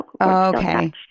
Okay